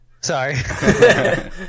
Sorry